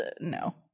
No